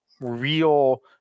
real